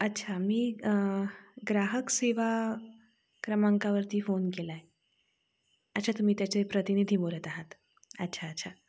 अच्छा मी ग्राहक सेवा क्रमांकावरती फोन केला आहे अच्छा तुम्ही त्याचे प्रतिनिधी बोलत आहात अच्छा अच्छा